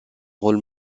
rôle